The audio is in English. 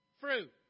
fruit